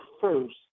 first